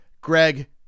Greg